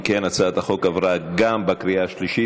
אם כן, הצעת החוק עברה גם בקריאה השלישית.